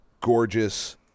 gorgeous